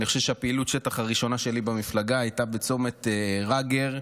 אני חושב שפעילות השטח הראשונה שלי במפלגה הייתה בצומת רגר,